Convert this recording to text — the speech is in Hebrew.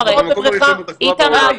אנחנו במקום הראשון בתחלואה בעולם.